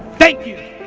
thank you.